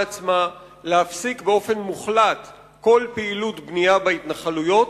עצמה להפסיק באופן מוחלט כל פעילות בנייה בהתנחלויות,